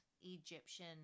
Egyptian